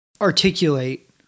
articulate